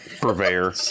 purveyor